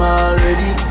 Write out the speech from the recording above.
already